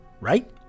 Right